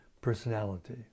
Personality